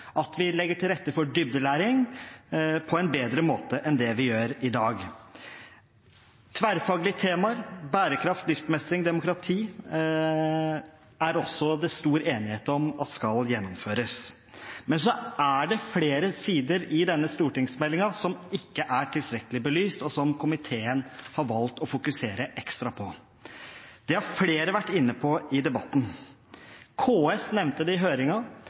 at vi legger til rette for dybdelæring på en bedre måte enn det vi gjør i dag. Tverrfaglige temaer – bærekraft, livsmestring og demokrati – er det også stor enighet om skal gjennomføres. Men så er det flere sider i denne stortingsmeldingen som ikke er tilstrekkelig belyst, og som komiteen har valgt å fokusere ekstra på. Det har flere vært inne på i debatten. KS nevnte det i